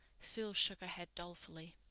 phil shook her head dolefully.